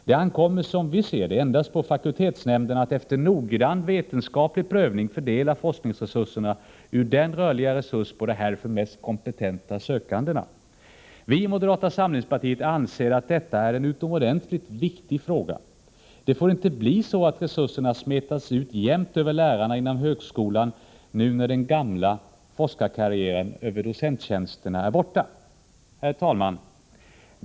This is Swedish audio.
Det ankommer, som vi ser det, endast på fakultetsnämnderna att efter noggrann vetenskaplig prövning fördela forskningsresurserna ur den rörliga resursen på de härför mest kompetenta sökandena. Vi i moderata samlingspartiet anser att detta är en 115 utomordentligt viktig fråga. Det får inte bli så att resurserna smetas ut jämnt över lärarna inom högskolan när nu den gamla forskarkarriären över docenttjänsterna är borta. Herr talman!